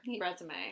resume